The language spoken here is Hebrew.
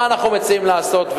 מה אנחנו מציעים לעשות,